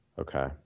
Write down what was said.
okay